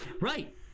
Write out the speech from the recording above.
Right